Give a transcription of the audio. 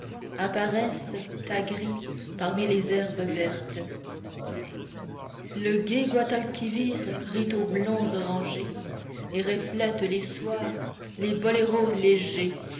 apparaissent tas gris parmi les herbes vertes le gai guadalquivir rit aux blonds orangers et reflète les soirs des boléros légers